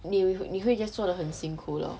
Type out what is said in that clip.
你会你会 just 做得很辛苦 lor